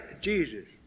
Jesus